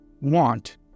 want